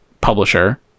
publisher